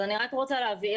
אז אני רק רוצה להבהיר.